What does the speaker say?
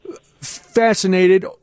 fascinated